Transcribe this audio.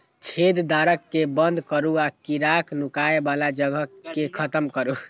छेद, दरार कें बंद करू आ कीड़ाक नुकाय बला जगह कें खत्म करू